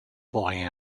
boy